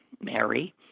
Mary